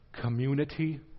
community